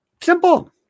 Simple